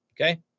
Okay